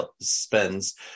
spends